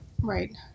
Right